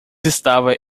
estava